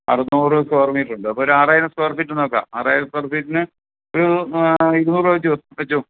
അറുനൂറ് square metre ഉണ്ട് അപ്പോൾ ഒരു ആറായിരം സ്ക്വയർ ഫീറ്റ് നോക്കാം ആറായിരം സ്ക്വയർ ഫീറ്റിന് ഒരൂ ഇരുനൂറ് വെച്ച് പറ്റും